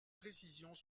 précisions